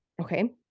Okay